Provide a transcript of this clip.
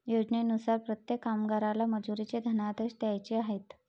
योजनेनुसार प्रत्येक कामगाराला मजुरीचे धनादेश द्यायचे आहेत